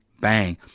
bang